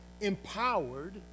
empowered